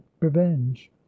revenge